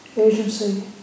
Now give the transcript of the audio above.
agency